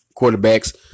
quarterbacks